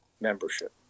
membership